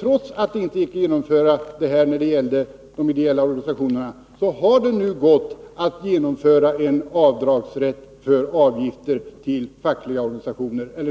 Trots att det inte gick att genomföra en avdragsrätt när det gällde de ideella organisationerna, har det nu gått att genomföra en skattereduktion för avgifter till fackliga organisationer.